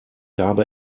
habe